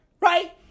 right